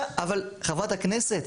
אבל חברת הכנסת,